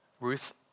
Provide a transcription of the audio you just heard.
Ruth